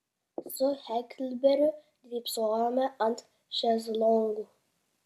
su heklberiu drybsojome ant šezlongų